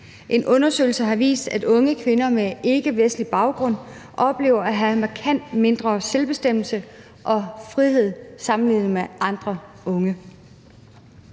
En undersøgelse har vist, at unge kvinder med ikkevestlig baggrund oplever at have en markant mindre selvbestemmelse og frihed sammenlignet med andre unge.